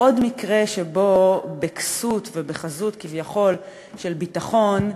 עוד מקרה שבו בכסות ובחזות, כביכול, של ביטחון,